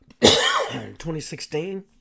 2016